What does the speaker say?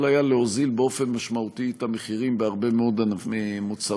היה להוזיל באופן משמעותי את המחירים בהרבה מאוד מוצרים.